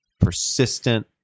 persistent